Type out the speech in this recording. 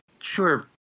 sure